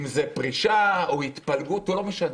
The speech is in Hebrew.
אם זאת פרישה או התפלגות או לא משנה,